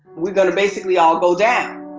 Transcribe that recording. we're going to basically all go down,